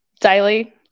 daily